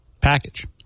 package